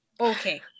Okay